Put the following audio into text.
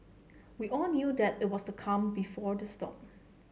we all knew that it was the calm before the storm